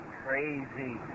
crazy